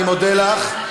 אני מודה לך.